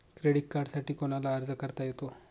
Credit कार्डसाठी कोणाला अर्ज करता येतो?